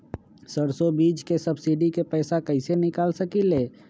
सरसों बीज के सब्सिडी के पैसा कईसे निकाल सकीले?